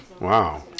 wow